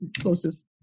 closest